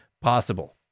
possible